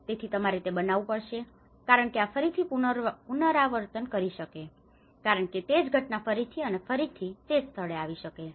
તેથી તમારે તે બનાવવું પડશે કારણ કે આ ફરીથી પુનરાવર્તન કરી શકે છે કારણ કે તેજ ઘટના ફરીથી અને ફરીથી તે જ સ્થળે આવી શકે છે